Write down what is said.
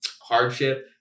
hardship